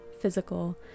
physical